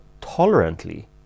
tolerantly